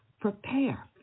prepare